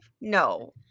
no